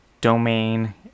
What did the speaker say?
domain